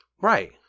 Right